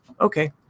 okay